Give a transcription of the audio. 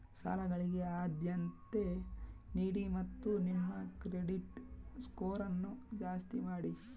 ಸಾಲಗಳಿಗೆ ಆದ್ಯತೆ ನೀಡಿ ಮತ್ತು ನಿಮ್ಮ ಕ್ರೆಡಿಟ್ ಸ್ಕೋರನ್ನು ಜಾಸ್ತಿ ಮಾಡಿ